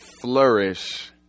flourish